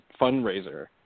fundraiser